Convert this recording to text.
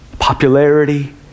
popularity